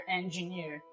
engineer